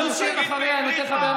ואתה שאלת אותי שאלה ועניתי לך.